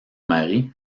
mari